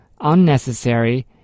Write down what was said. unnecessary